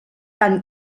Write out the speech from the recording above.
tant